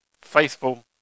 Faithful